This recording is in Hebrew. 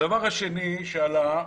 הדבר השני שעלה,